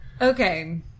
Okay